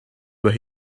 but